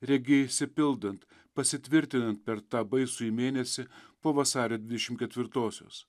regi išsipildant pasitvirtintant per tą baisųjį mėnesį po vasario dvidešim ketvirtosios